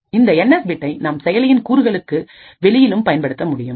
இந்த N S பிட்டை நாம் செயலின் கூறுகளுக்கு வெளியிலும் பயன்படுத்த முடியும்